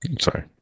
Sorry